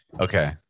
okay